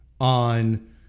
on